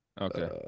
Okay